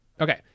okay